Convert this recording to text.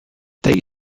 tej